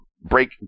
break